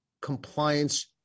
compliance